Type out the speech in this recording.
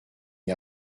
n’y